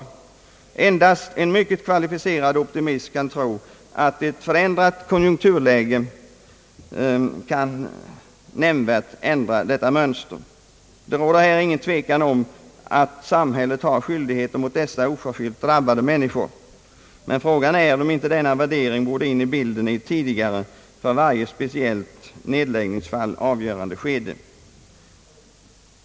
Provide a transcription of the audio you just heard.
Endast en kvalificerad optimist kan tro att ett förändrat konjunkturläge kan nämnvärt ändra detta mönster. Det råder här ingen tvekan om ait samhället har skyldighet mot dessa oförskyllt drabbade människor, men frågan är om inte denna värdering borde in i bilden i ett tidigare för varje speciellt nedläggningsfall avgörande skede.